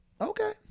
okay